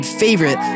favorite